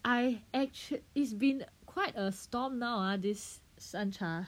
I actually it's been quite a storm now uh this 三茶